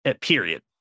Period